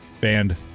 Banned